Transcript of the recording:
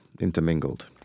intermingled